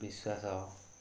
ବିଶ୍ଵାସ